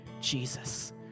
Jesus